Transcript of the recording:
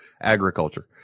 agriculture